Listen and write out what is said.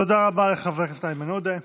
תודה רבה לחבר הכנסת איימן עודה.